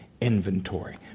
inventory